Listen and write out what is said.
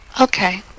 Okay